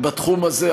בתחום הזה,